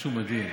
משהו מדהים.